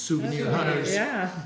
souvenir hunters yeah